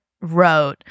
wrote